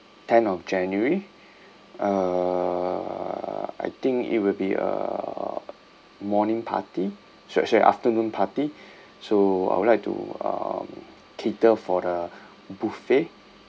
ten of january uh I think it will be uh morning party sorry sorry afternoon party so I would like to um cater for the buffet